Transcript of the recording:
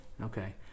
Okay